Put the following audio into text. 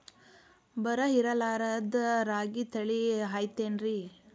ಬರ ಇರಲಾರದ್ ರಾಗಿ ತಳಿ ಐತೇನ್ರಿ?